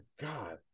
God